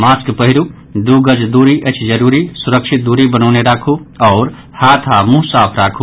mask पहिरू दू गज दूरी अछि जरूरी सुरक्षित दूरी बनौने राखू हाथ आओर मुंह साफ राखू